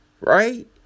right